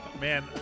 Man